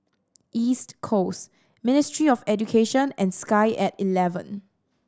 East Coast Ministry of Education and Sky At Eleven